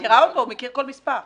אני מכירה אותו, הוא מכיר כל מספר.